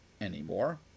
anymore